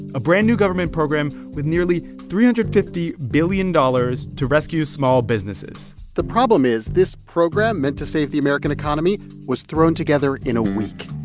a brand-new government program with nearly three hundred and fifty billion dollars to rescue small businesses the problem is this program meant to save the american economy was thrown together in a week.